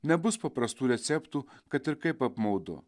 nebus paprastų receptų kad ir kaip apmaudu